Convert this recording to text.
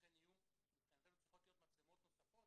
ולכן צריכות מבחינתנו להיות מצלמות נוספות.